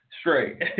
Straight